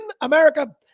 America